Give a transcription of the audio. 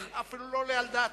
אפילו לא עולה על דעתי.